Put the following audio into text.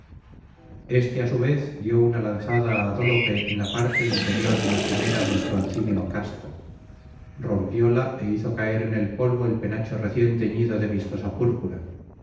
este á su vez dio una lanzada á dólope en la parte inferior de la cimera del broncíneo casco rompióla é hizo caer en el polvo el penacho recién teñido de vistosa púrpura